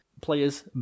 players